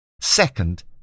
Second